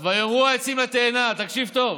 "ויאמרו העצים לתאנה" תקשיב טוב,